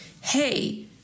hey